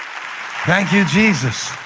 thank you, jesus.